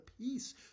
peace